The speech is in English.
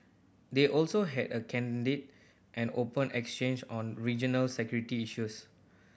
they also had a candid and open exchange on regional security issues